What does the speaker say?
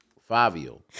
Fabio